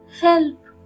Help